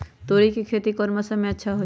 तोड़ी के खेती कौन मौसम में अच्छा होई?